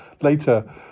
later